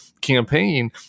campaign